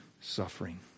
suffering